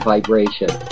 Vibration